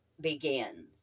begins